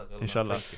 Inshallah